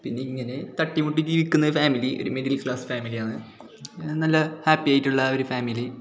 പിന്നെ ഇങ്ങനെ തട്ടി മുട്ടി ജീവിക്കുന്ന ഫാമിലി ഒരു മിഡിൽ ക്ലാസ് ഫാമിലിയാണ് പിന്നെ നല്ല ഹാപ്പി ആയിട്ടുള്ള ഒരു ഫാമിലി